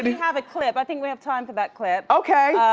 have a clip, i think we have time for that clip. okay,